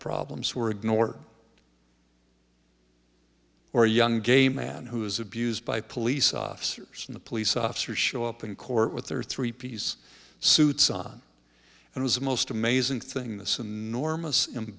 problems were ignore or a young gay man who was abused by police officers in the police officers show up in court with their three piece suits on and was a most amazing thing this enormous